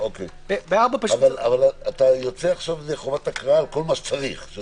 אבל אתה יוצא עכשיו ידי חובת הקראה על כל מה שצריך.